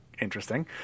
interesting